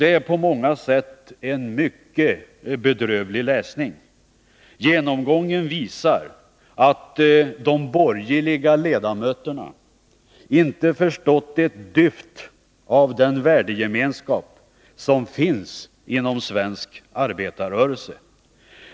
Det är på många sätt en mycket bedrövlig läsning. Genomgången visar att de borgerliga ledamöterna inte förstått ett dyft av den värdegemenskap som finns inom svensk arbetarrörelse.